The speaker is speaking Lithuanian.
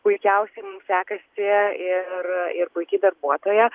puikiausiai mum sekasi ir ir puiki darbuotoja